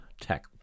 tech